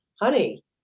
honey